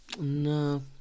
No